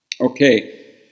Okay